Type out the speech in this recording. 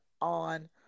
on